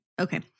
Okay